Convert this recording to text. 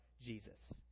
Jesus